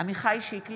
עמיחי שיקלי,